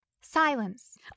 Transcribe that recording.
silence